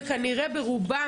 וכנראה ברובם,